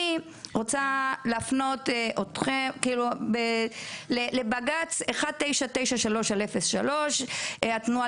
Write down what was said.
אני רוצה להפנות אותכם לבג"ץ 1993/03 התנועה